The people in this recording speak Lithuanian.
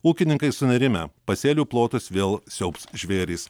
ūkininkai sunerimę pasėlių plotus vėl siaubs žvėrys